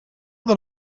that